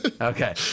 Okay